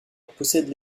possède